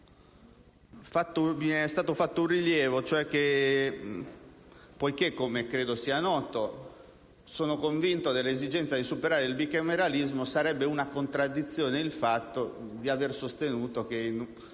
È stato fatto un rilievo, e cioè che poiché - come credo sia noto - sono convinto dell'esigenza di superare il bicameralismo sarebbe una contraddizione il fatto di aver sostenuto che